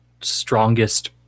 strongest